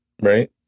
right